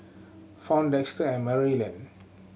Fount Dexter and Maryellen